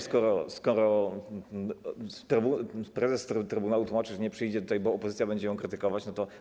Skoro prezes trybunału tłumaczy, że nie przyjdzie tutaj, bo opozycja będzie ją krytykować, to.